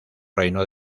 reino